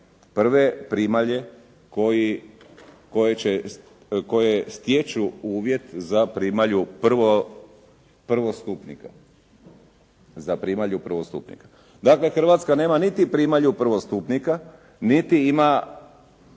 prve primalje koje stječu uvjet za primalju prvostupnika. Dakle, Hrvatska nema niti primalju prvostupnika niti ima